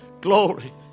Glory